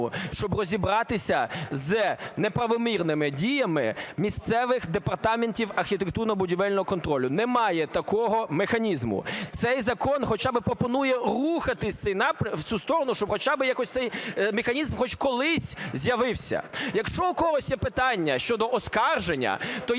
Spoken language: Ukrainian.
щоб розібратися з неправомірними діями місцевих департаментів архітектурно-будівельного контролю, немає такого механізму. Цей закон хоча би пропонує рухатись в цю сторону, щоб хоча би якось цей механізм хоч колись з'явився. Якщо у когось є питання щодо оскарження, то, як